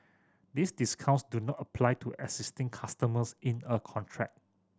these discounts do not apply to existing customers in a contract